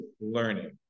learning